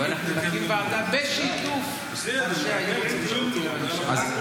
ואנחנו נקים ועדה בשיתוף הייעוץ המשפטי לממשלה.